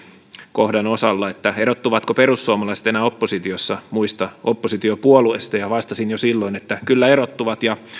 kohdan osalla erottuvatko perussuomalaiset enää oppositiossa muista oppositiopuolueista ja vastasin jo silloin että kyllä erottuvat